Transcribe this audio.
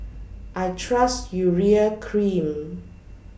I Trust Urea Cream